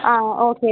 ஆ ஓகேமா